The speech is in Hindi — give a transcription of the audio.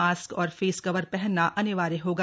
मास्क और फेस कवर पहनना अनिवार्य होगा